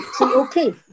okay